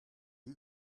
you